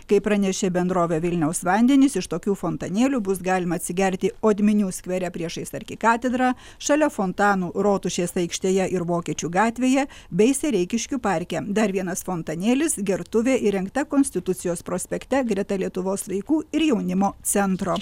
kaip pranešė bendrovė vilniaus vandenys iš tokių fontanėlių bus galima atsigerti odminių skvere priešais arkikatedrą šalia fontanų rotušės aikštėje ir vokiečių gatvėje bei sereikiškių parke dar vienas fontanėlis gertuvė įrengta konstitucijos prospekte greta lietuvos vaikų ir jaunimo centro